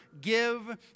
give